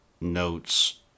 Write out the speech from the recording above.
notes